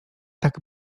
tak